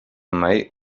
mai